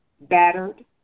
battered